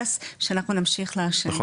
האינטרס שאנחנו נמשיך לעשן.